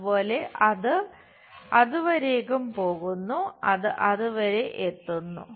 അതുപോലെ അത് അതുവരേക്കും പോകുന്നു അത് അതുവരെ എത്തുന്നു